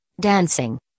dancing